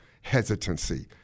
hesitancy